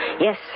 Yes